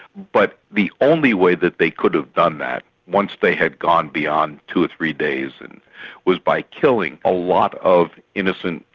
but the only way that they could have done that once they had gone beyond two or three days, and was by killing a lot of innocent,